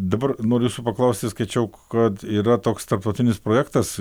dabar noriu jūsų paklausti skaičiau kad yra toks tarptautinis projektas